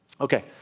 Okay